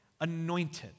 anointed